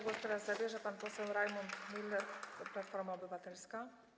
Głos teraz zabierze pan poseł Rajmund Miller, Platforma Obywatelska.